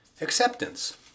acceptance